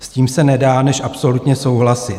S tím se nedá než absolutně souhlasit.